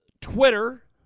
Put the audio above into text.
Twitter